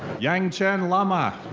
yangchen lama.